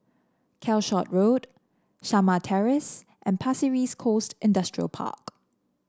Calshot Road Shamah Terrace and Pasir Ris Coast Industrial Park